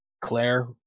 Claire